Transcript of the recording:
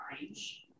range